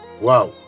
Wow